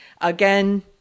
Again